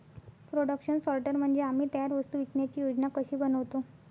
production sorter म्हणजे आम्ही तयार वस्तू विकण्याची योजना कशी बनवतो